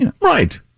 Right